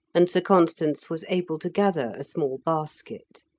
and sir constans was able to gather a small basket.